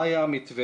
מה היה המתווה?